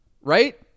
right